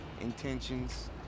intentions